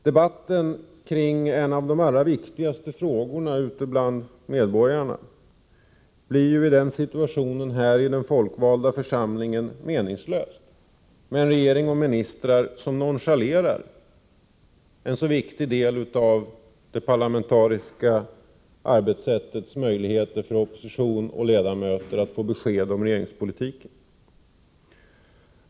Debatten kring en av de allra viktigaste frågorna ute bland medborgarna blir ju meningslös, om vi har en situation i denna folkvalda församling där regeringen och dess ministrar nonchalerar den viktiga del av det parlamentariska arbetssättet som ger opposition och övriga ledamöter möjligheter att få besked om regeringspolitiken.